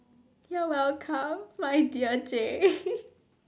you're welcome my dear J